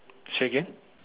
say again